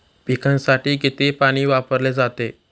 पिकांसाठी किती पाणी वापरले जाते?